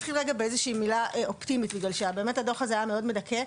אתחיל במילה אופטימית כי הדוח הזה היה באמת מדכא.